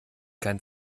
kein